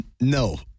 No